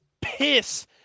piss